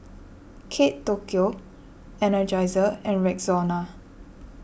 Kate Tokyo Energizer and Rexona